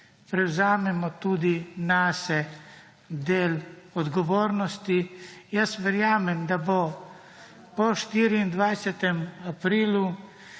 prevzemimo tudi nase del odgovornosti. Jaz verjamem, da bo po 24. aprilu